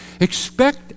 expect